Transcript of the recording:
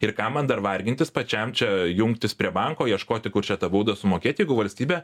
ir kam man dar vargintis pačiam čia jungtis prie banko ieškoti kur čia tą baudą sumokėt jeigu valstybė